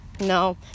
No